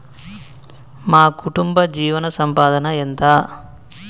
మా కుటుంబ జీవన సంపాదన ఎంత?